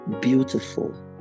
beautiful